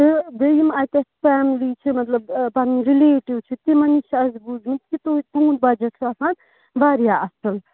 تہٕ بیٚیہِ یِم اَسہِ اَتہِ فیملی چھِ مطلب پَنٕنۍ رِلیٹِو چھِ تِمَن نِش چھِ اسہِ بوٗزٕمُت کہ تُہۍ تُہٕنٛد بَجَٹ چھِ آسان واریاہ اَصٕل